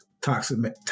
toxic